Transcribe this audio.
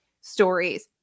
stories